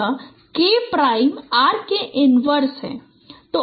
तो अंत में यह K prime R K inverse है